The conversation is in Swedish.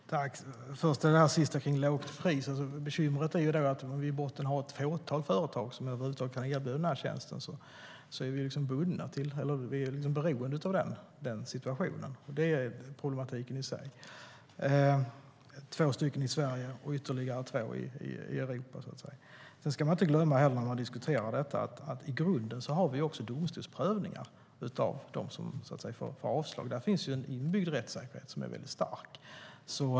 Herr talman! När det gäller det sistnämnda om lågt pris är bekymret att vi i botten har ett fåtal företag som kan erbjuda tjänsten över huvud taget. Vi har en situation där vi är beroende. Det är problematiken i sig - det finns två stycken företag i Sverige och ytterligare två i Europa.När man diskuterar detta ska man inte glömma att vi i grunden också har domstolsprövningar av dem som får avslag. Där finns en inbyggd rättssäkerhet som är väldigt stark.